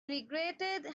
regretted